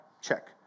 Check